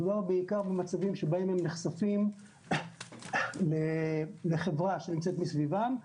מדובר במצבים שבהם הם נחשפים לחברה שנמצאת מסביבם,